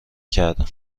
کردم